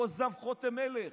כל זב חוטם מלך.